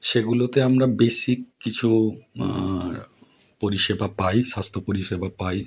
সেগুলোতে আমরা বেসিক কিছু পরিষেবা পাই স্বাস্থ্য পরিষেবা পাই